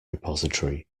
repository